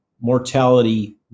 mortality